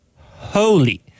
Holy